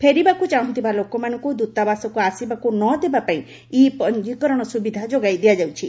ଫେରିବାକୁ ଚାହୁଁଥିବା ଲୋକମାନଙ୍କୁ ଦୂତାବାସକୁ ଆସିବାକୁ ନଦେବା ପାଇଁ ଇ ପଞ୍ଜିକରଣ ସୁବିଧା ଯୋଗାଇ ଦିଆଯାଉଛି